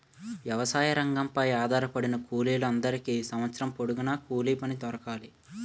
వ్యవసాయ రంగంపై ఆధారపడిన కూలీల అందరికీ సంవత్సరం పొడుగున కూలిపని దొరకాలి